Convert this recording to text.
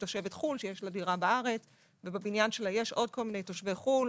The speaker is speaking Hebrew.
חו"ל שיש לה דירה בארץ ובבניין שלה יש עוד כל מיני תושבי חו"ל